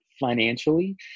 financially